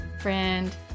friend